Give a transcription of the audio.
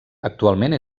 actualment